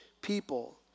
people